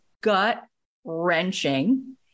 gut-wrenching